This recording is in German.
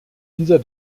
dieser